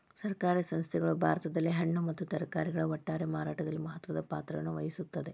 ಸಹಕಾರಿ ಸಂಸ್ಥೆಗಳು ಭಾರತದಲ್ಲಿ ಹಣ್ಣು ಮತ್ತ ತರಕಾರಿಗಳ ಒಟ್ಟಾರೆ ಮಾರಾಟದಲ್ಲಿ ಮಹತ್ವದ ಪಾತ್ರವನ್ನು ವಹಿಸುತ್ತವೆ